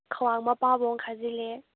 ꯈ꯭ꯋꯥꯡ ꯃꯄꯥꯐꯥꯎ ꯈꯖꯤꯜꯂꯦ